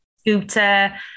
Scooter